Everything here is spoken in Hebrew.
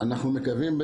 אנחנו מקווים,